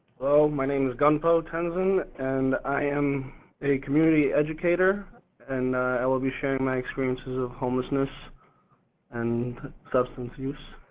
hello, my name is guntho trenzin and i am a community educator and i will be sharing my experiences of homelessness and substance use.